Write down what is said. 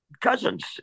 Cousins